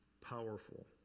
powerful